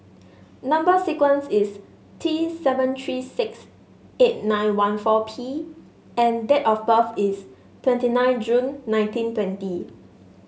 number sequence is T seven three six eight nine one four P and date of birth is twenty nine June nineteen twenty